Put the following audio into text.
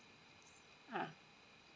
ah